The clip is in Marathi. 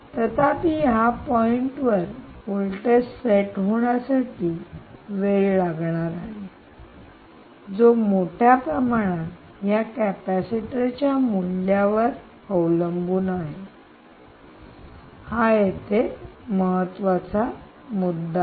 तथापि या पॉईंटपर्यंत व्होल्टेज सेट होण्यासाठी वेळ लागणार आहे जो मोठ्या प्रमाणात या कॅपेसिटरच्या मूल्यावर अवलंबून असेल हा येथे महत्त्वाचा मुद्दा आहे